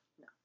No